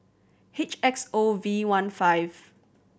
H X O V one five